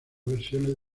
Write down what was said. versiones